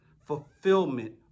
fulfillment